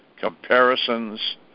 comparisons